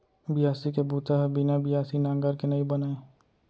बियासी के बूता ह बिना बियासी नांगर के नइ बनय